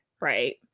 Right